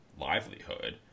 livelihood